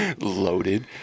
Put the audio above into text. Loaded